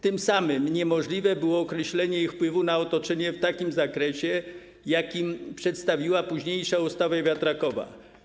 Tym samym niemożliwe było określenie ich wpływu na otoczenie w takim zakresie, w jakim przedstawiła późniejsza ustawa wiatrakowa.